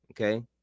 Okay